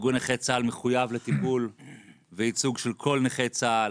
ארגון נכי צה"ל מחויב לטיפול וייצוג של כל נכי צה"ל,